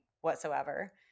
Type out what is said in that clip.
whatsoever